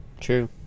true